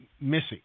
Missy